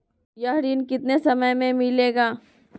यह ऋण कितने समय मे मिलेगा?